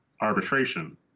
arbitration